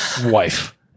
wife